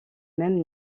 même